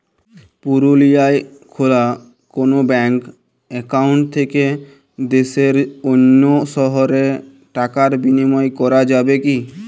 পুরুলিয়ায় খোলা কোনো ব্যাঙ্ক অ্যাকাউন্ট থেকে দেশের অন্য শহরে টাকার বিনিময় করা যাবে কি?